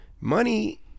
money